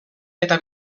eta